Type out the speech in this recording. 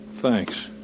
Thanks